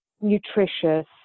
nutritious